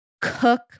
cook